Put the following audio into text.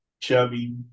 Chubby